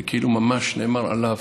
זה כאילו ממש נאמר עליו.